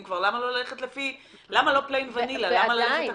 אם כבר, למה לא plain vanilla ולמה ללכת עקום?